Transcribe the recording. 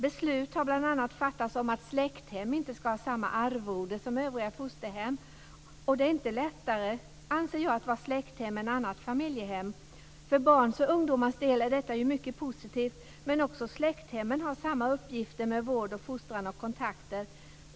Beslut har bl.a. fattats om att släkthem inte ska ha samma arvode som övriga fosterhem, och det är inte lättare, anser jag, att vara släkthem än annat familjehem. För barns och ungdomars del är detta ju mycket positivt, men också släkthemmen har samma uppgifter med vård, fostran och kontakter.